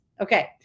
Okay